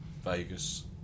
Vegas